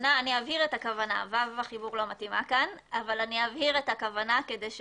לא מתאימה כאן, אבל אבהיר את הכוונה.